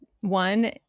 one